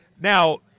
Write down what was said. now